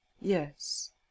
Yes